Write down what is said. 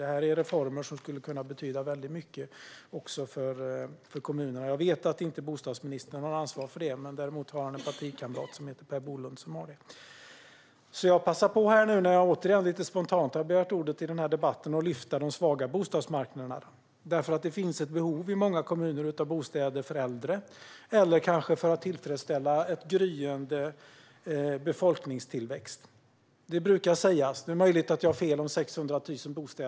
Det är reformer som skulle kunna betyda mycket också för kommunerna. Jag vet att bostadsministern inte har ansvar för det, men däremot har hans partikamrat Per Bolund det. Nu när jag återigen lite spontant har begärt ordet i debatten passar jag på att lyfta fram de svaga bostadsmarknaderna. I många kommuner finns det nämligen behov av bostäder för äldre eller kanske för att tillfredsställa en gryende befolkningstillväxt. Det brukar sägas att det rör sig om 600 000 bostäder. Det är möjligt att jag har fel.